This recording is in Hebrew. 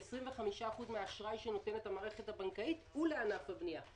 כ-25% מן האשראי שנותנת המערכת הבנקאית הוא לענף הבנייה.